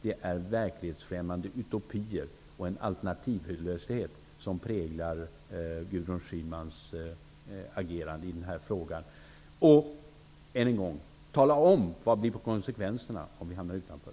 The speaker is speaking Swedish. Det är verklighetsfrämmande utopier och en alternativlöshet som präglar Gudrun Schymans agerande i denna fråga. Än en gång: Tala om vad konsekvensen blir om vi hamnar utanför.